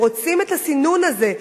הם רוצים את הסינון הזה,